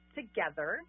together